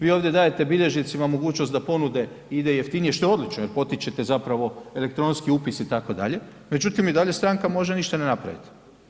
Vi ovdje dajete bilježnicima mogućnost da ponude idu jeftinije što je što je odlično jer potičete zapravo elektronski upis itd., međutim i dalje stranka može ništa ne napravit.